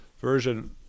version